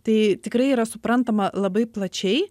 tai tikrai yra suprantama labai plačiai